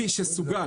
כלי שסוגל,